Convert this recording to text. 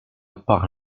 par